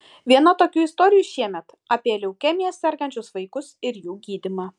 viena tokių istorijų šiemet apie leukemija sergančius vaikus ir jų gydymą